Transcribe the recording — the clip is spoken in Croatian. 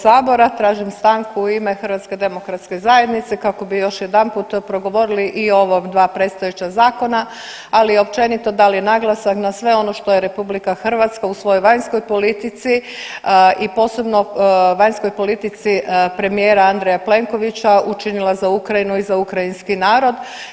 Tražim stanku u ime HDZ kako bi još jedanput progovorili i o ovom dva predstojeća zakona, ali i općenito dali naglasak na sve ono što je RH u svojoj vanjskoj politici i posebno vanjskoj politici premijera Andreja Plenkovića učinila za Ukrajinu i za ukrajinski narod.